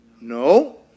No